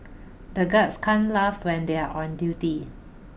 the guards can't laugh when they are on duty